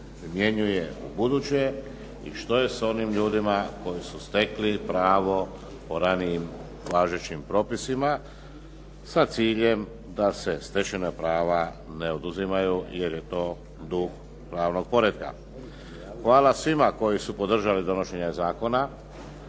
primjenjuje ubuduće i što je s onim ljudima koji su stekli pravo o ranijim važećim propisima sa ciljem da se stečena prava ne oduzimaju jer je to duh glavnog poretka. Hvala svima koji su podržali donošenje zakona.